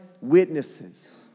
witnesses